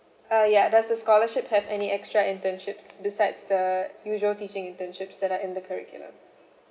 ah ya does the scholarship have any extra internships besides the usual teaching internships that are in the curriculum